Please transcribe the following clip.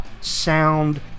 sound